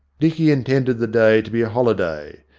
dicky intended the day to be a holiday.